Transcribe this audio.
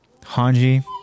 Hanji